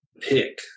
pick